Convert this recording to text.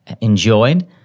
enjoyed